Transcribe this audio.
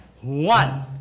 One